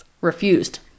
refused